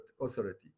authority